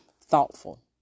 thoughtful